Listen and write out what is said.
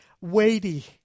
weighty